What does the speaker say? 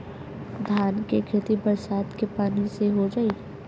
धान के खेती बरसात के पानी से हो जाई?